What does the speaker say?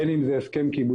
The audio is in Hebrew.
בין אם זה הסכם קיבוצי,